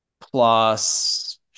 plus